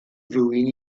rywun